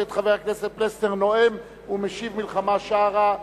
את חבר הכנסת פלסנר נואם ומשיב מלחמה שערה.